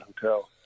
Hotel